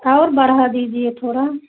और बढ़ा दीजिए थोड़ा